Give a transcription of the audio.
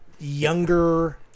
younger